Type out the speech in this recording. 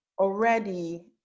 already